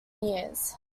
years